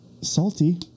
Salty